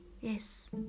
Yes